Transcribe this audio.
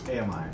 AMI